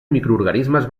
microorganismes